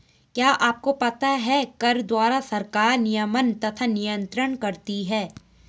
क्या आपको पता है कर द्वारा सरकार नियमन तथा नियन्त्रण करती है?